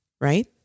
right